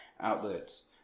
outlets